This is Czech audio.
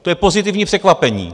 To je pozitivní překvapení.